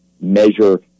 measure